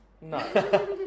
No